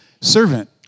servant